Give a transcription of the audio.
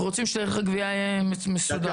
אנחנו רוצים שתהליך הגבייה יהיה מסודר.